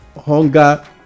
hunger